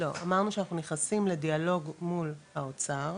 לא, אמרנו שאנחנו נכנסים לדיאלוג מול האוצר